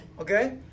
Okay